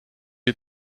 you